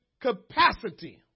capacity